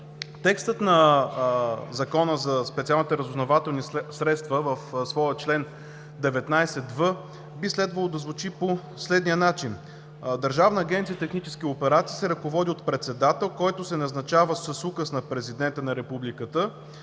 Текстът на Закона за специалните разузнавателни средства в своя чл. 19в би следвало да звучи по следния начин: „Държавна агенция „Технически операции“ се ръководи от председател, който се назначава с указ на президента на Републиката